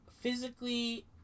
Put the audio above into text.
Physically